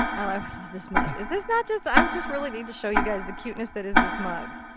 i just like love this mug. is this not just the. i just really need to show you guys the cuteness that is this mug.